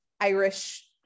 Irish